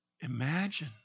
Imagine